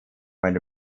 eine